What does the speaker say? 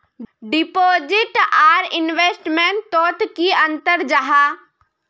Deposit आर investment तोत की अंतर जाहा?